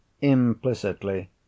Implicitly